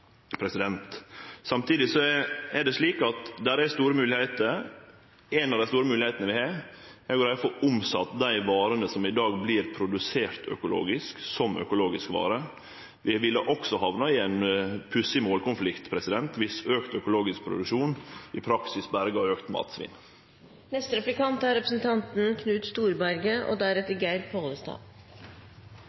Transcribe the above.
Samtidig er det store moglegheiter. Ei av dei store moglegheitene vi har, er å få omsett dei varene som i dag vert produserte økologisk, som økologisk vare. Vi ville også hamne i ein pussig målkonflikt viss auka økologisk produksjon i praksis